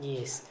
Yes